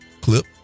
clip